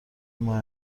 ماه